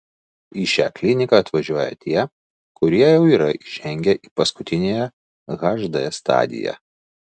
į šią kliniką atvažiuoja tie kurie jau yra įžengę į paskutiniąją hd stadiją